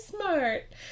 smart